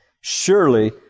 Surely